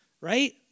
Right